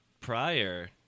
prior